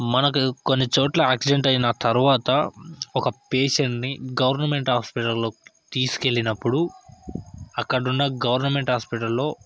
మనకి కొన్నిచోట్ల యాక్సిడెంట్ అయిన తర్వాత ఒక పేషెంట్ని గవర్నమెంట్ హాస్పిటల్లో తీసుకెళ్ళినప్పుడు అక్కడున్న గవర్నమెంట్ హాస్పిటల్లో